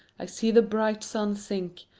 i see the bright sun sink,